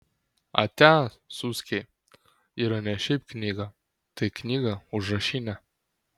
atia suskiai yra ne šiaip knyga tai knyga užrašinė